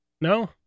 No